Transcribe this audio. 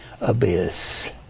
abyss